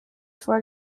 for